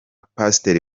pastor